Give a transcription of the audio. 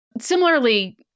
Similarly